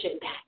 back